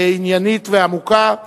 עניינית ועמוקה.